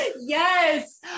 yes